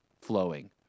flowing